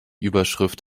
überschrift